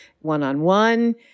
one-on-one